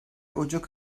ocak